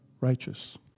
righteous